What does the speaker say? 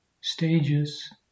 stages